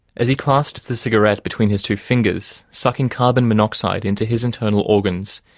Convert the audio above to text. as he clasped the cigarette between his two fingers, sucking carbon monoxide into his internal organs,